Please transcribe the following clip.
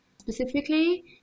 specifically